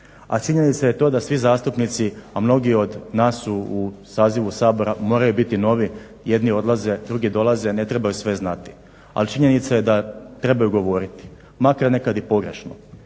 a činjenica je to da svi zastupnici, a mnogi od nas su u sazivu Sabora moraju biti novi, jedni odlaze, drugi dolaze, ne trebaju sve znati, ali činjenica je da trebaju govoriti, makar nekad i pogrešno.